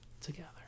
together